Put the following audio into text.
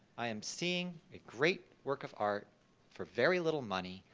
i am seeing a great work of art for very little money,